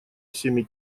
всеми